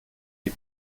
die